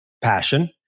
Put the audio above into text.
passion